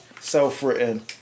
self-written